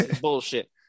Bullshit